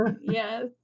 yes